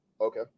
Okay